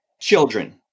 children